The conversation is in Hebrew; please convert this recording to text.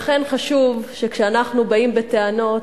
לכן, חשוב, כשאנחנו באים בטענות,